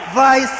vai